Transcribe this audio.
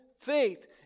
faith